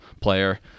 player